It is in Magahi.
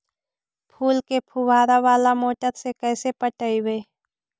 फूल के फुवारा बाला मोटर से कैसे पटइबै?